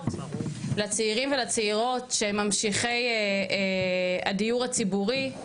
לצעירים ולצעירות שממשיכי הדיור הציבורי,